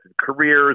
careers